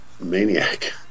maniac